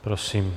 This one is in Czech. Prosím.